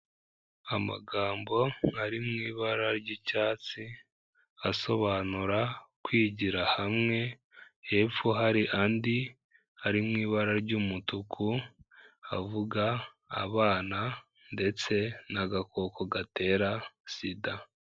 Amagambo ari mu ibara ry'icyatsi asobanura kwigira hamwe, hepfo hari andi ari mu ibara ry'umutuku avuga abana ndetse n'agakoko gatera SIDA.